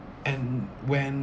and when